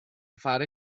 fare